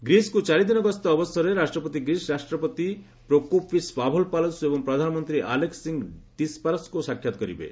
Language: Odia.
ଗ୍ରୀସ୍କୁ ଚାରିଦିନ ଗସ୍ତ ଅବସରରେ ରାଷ୍ଟ୍ରପତି ଗ୍ରୀସ୍ ରାଷ୍ଟ୍ରପତି ପ୍ରୋକୋପିସ୍ ପାଭଲପାଲୁସ ଏବଂ ପ୍ରଧାନମନ୍ତ୍ରୀ ଆଲେକ୍କିଂ ତିସପାରସଙ୍କୁ ସାକ୍ଷାତ୍ କରିବେ